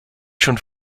schon